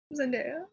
Zendaya